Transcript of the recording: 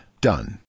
Done